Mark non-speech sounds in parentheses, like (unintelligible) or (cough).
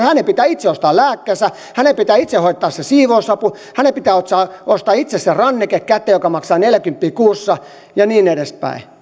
(unintelligible) hänen pitää itse ostaa lääkkeensä hänen pitää itse hoitaa se siivousapu hänen pitää ostaa itse käteen se ranneke joka maksaa neljäkymmentä euroa kuussa ja niin edespäin